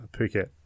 Phuket